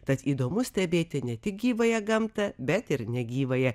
tad įdomu stebėti ne tik gyvąją gamtą bet ir negyvąją